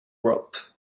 rope